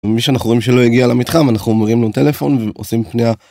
מי שאנחנו רואים שלא יגיע למתחם אנחנו אומרים לו טלפון ועושים פניה.